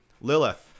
Lilith